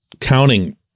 counting